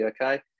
okay